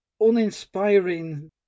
uninspiring